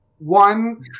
One